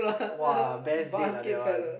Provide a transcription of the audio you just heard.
!wah! best date lah that one